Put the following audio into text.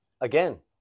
Again